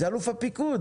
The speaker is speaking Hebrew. הוא אלוף הפיקוד,